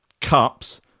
cups